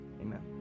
amen